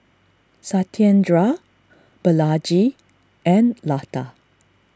Satyendra Balaji and Lata